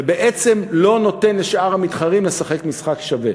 ובעצם לא נותן למתחרים לשחק משחק שווה.